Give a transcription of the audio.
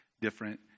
different